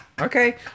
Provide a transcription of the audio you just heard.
Okay